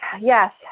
Yes